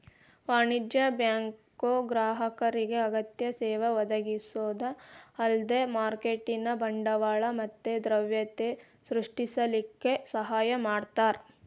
ವಾಣಿಜ್ಯ ಬ್ಯಾಂಕು ಗ್ರಾಹಕರಿಗೆ ಅಗತ್ಯ ಸೇವಾ ಒದಗಿಸೊದ ಅಲ್ದ ಮಾರ್ಕೆಟಿನ್ ಬಂಡವಾಳ ಮತ್ತ ದ್ರವ್ಯತೆ ಸೃಷ್ಟಿಸಲಿಕ್ಕೆ ಸಹಾಯ ಮಾಡ್ತಾರ